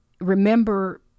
remember